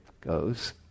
goes